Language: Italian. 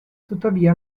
tuttavia